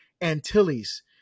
antilles